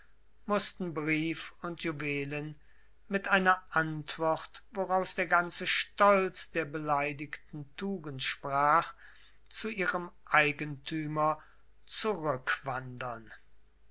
mußten brief und juwelen mit einer antwort woraus der ganze stolz der beleidigten tugend sprach zu ihrem eigentümer zurückwandern